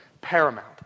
paramount